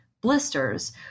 blisters